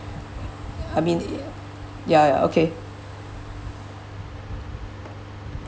I mean ya okay